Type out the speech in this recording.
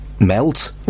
melt